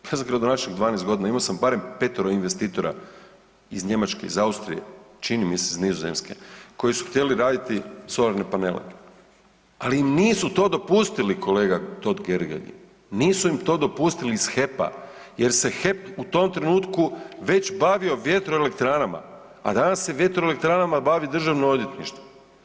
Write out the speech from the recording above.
ja sam gradonačelnik 12 godina imao sam barem petero investitora iz Njemačke iz Austrije, čini mi se i iz Nizozemske koji su htjeli raditi solarne panele, ali im nisu to dopustili kolega Totgergeli, nisu im to dopustili iz HEP-a jer se HEP u tom trenutku već bavio vjetroelektranama, a danas se vjetroelektranama bavi državno odvjetništvo.